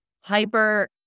hyper